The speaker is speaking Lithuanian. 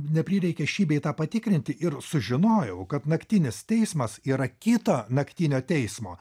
neprireikė šį bei tą patikrinti ir sužinojau kad naktinis teismas yra kito naktinio teismo